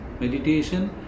meditation